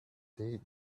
they